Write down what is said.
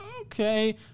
okay